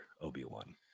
obi-wan